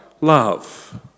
love